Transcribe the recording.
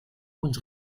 und